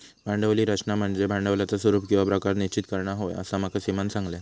भांडवली रचना म्हनज्ये भांडवलाचा स्वरूप किंवा प्रकार निश्चित करना होय, असा माका सीमानं सांगल्यान